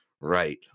right